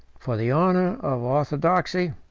for the honor of orthodoxy,